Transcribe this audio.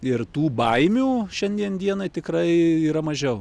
ir tų baimių šiandien dienai tikrai yra mažiau